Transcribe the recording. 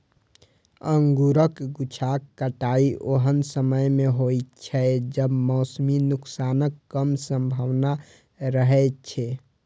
अंगूरक गुच्छाक कटाइ ओहन समय मे होइ छै, जब मौसमी नुकसानक कम संभावना रहै छै